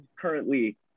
currently